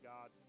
God